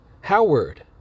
Howard